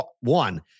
one